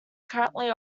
currently